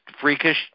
freakish